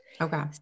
Okay